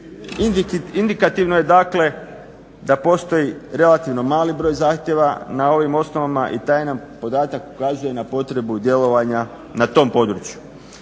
Indikativno je dakle da postoji relativno mali broj zahtjeva na ovim osnovama i taj nam podatak ukazuje na potrebu djelovanja na tom području.